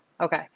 Okay